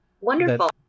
Wonderful